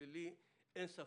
לי אין ספק,